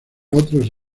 otros